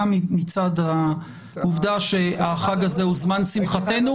גם מצד העובדה שהחג הזה הוא זמן שמחתנו.